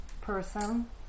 person